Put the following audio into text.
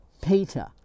Peter